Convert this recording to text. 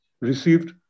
received